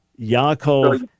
Yaakov